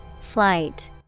Flight